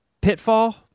pitfall